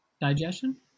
Digestion